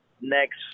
next